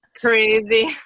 crazy